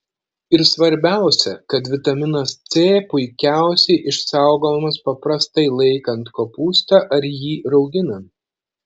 ir svarbiausia kad vitaminas c puikiausiai išsaugomas paprastai laikant kopūstą ar jį rauginant